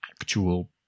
actual